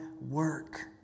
work